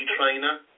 trainer